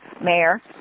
mayor